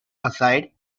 aside